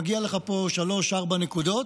מגיעות לך פה 3, 4 נקודות,